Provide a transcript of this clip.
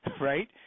right